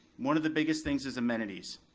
one of the biggest things is amenities.